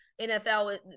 NFL